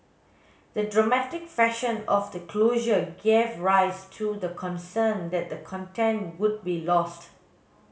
the dramatic fashion of the closure gave rise to the concern that the content would be lost